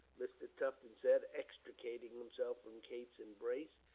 mr. tufton said, extricating himself from kate's embrace.